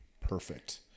Perfect